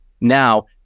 now